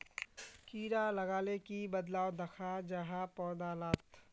कीड़ा लगाले की बदलाव दखा जहा पौधा लात?